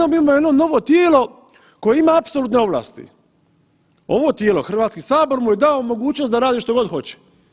I odjednom imamo jedno novo tijelo koje ima apsolutne ovlasti, ovo tijelo Hrvatski sabor mu je dao mogućnost da radi što god hoće.